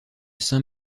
saint